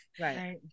Right